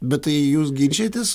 bet tai jūs ginčijatės